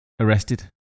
arrested